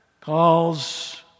calls